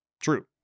True